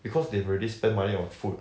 because they've already spend money on food